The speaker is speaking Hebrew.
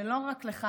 זה לא רק לך,